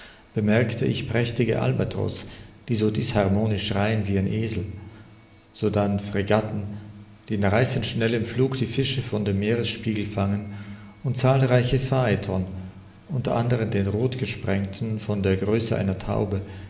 bemerkte ich prächtige albatros die so disharmonisch schreien wie ein esel sodann fregatten die in reißend schnellem flug die fische von dem meeresspiegel fangen und zahlreiche phaeton unter anderen den rothgesprengten von der größe einer taube